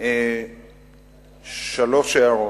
שלוש הערות.